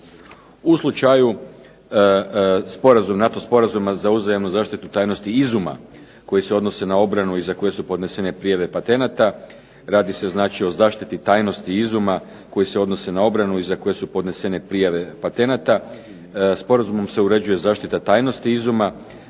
sporazuma, NATO sporazuma za uzajamnu zaštitu tajnosti izuma koji se odnose na obranu i za koje su podnesene prijave patenata. Radi se znači o zaštiti tajnosti izuma koji se odnose na obranu i za koje su podnesene prijave patenata. Sporazumom se uređuje zaštita tajnosti izuma